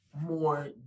more